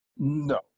No